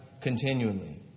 continually